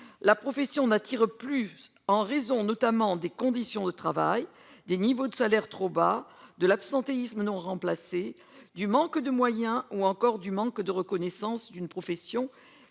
La profession n'attire plus, en raison des conditions de travail, des niveaux de salaires trop bas, de l'absentéisme non remplacé, du manque de moyens ou encore du manque de reconnaissance. Or elle